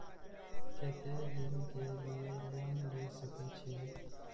केते दिन के लिए लोन ले सके छिए?